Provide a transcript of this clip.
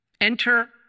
Enter